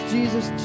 Jesus